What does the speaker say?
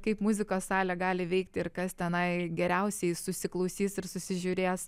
kaip muzikos salė gali veikti ir kas tenai geriausiai susiklausys ir susižiūrės